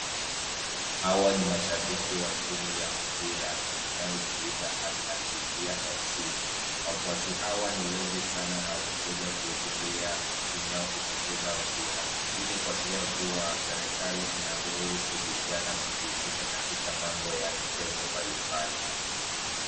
Hawa ni mashabiki wa timu ya mpira inayojiita Al-azizia FC. Wafuasi hawa ni wengi sana na wamekuja kuhudhuria timu yao ikicheza mpira. Hii ni kuashiria kuwa serikali inaruhusu vijana kujihusisha katika mambo ya michezo mbalimbali.